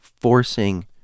forcing